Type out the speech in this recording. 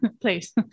please